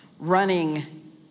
running